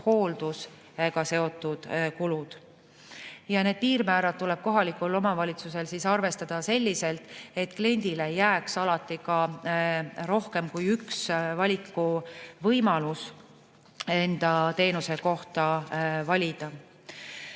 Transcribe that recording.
hooldusega seotud kulud. Ja need piirmäärad tuleb kohalikul omavalitsusel välja arvestada selliselt, et kliendile jääks alati rohkem kui üks valikuvõimalus endale teenusekoht valida.